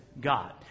God